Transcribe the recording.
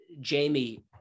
Jamie